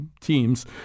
teams